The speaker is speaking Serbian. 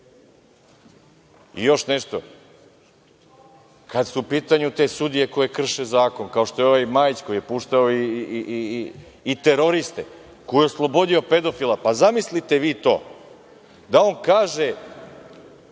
nešto, kada su u pitanju te sudije koje krše zakon, kao što je ovaj Majić koji je puštao i teroriste, koji je oslobodio pedofila, pa zamislite vi to da on kaže: